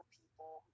people